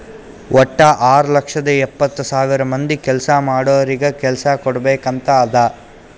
ವಟ್ಟ ಆರ್ ಲಕ್ಷದ ಎಪ್ಪತ್ತ್ ಸಾವಿರ ಮಂದಿ ಕೆಲ್ಸಾ ಮಾಡೋರಿಗ ಕೆಲ್ಸಾ ಕುಡ್ಬೇಕ್ ಅಂತ್ ಅದಾ